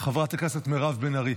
חברת הכנסת מירב בן ארי,